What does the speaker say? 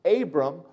Abram